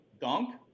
dunk